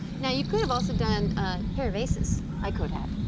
now you could've also done a pair of aces. i could have.